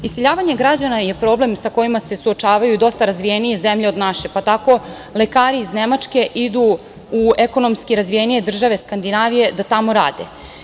Iseljavanje građana je problem sa kojima se suočavaju dosta razvijenije zemlje od naše, pa tako lekari iz Nemačke idu u ekonomski razvijenije države Skandinavije da tamo rade.